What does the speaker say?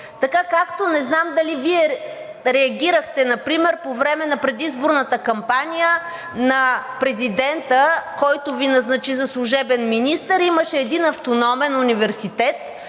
Така както не знам дали Вие реагирахте например по време на предизборната кампания на президента, който Ви назначи за служебен министър, имаше един автономен университет,